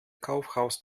kaufhaus